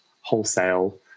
wholesale